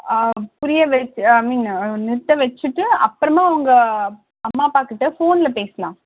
ஆ புரிய வச் I mean நிறுத்த வச்சிவிட்டு அப்பறமாக அவங்க அம்மா அப்பாக்கிட்ட ஃபோனில் பேசலாம்